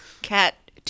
Cat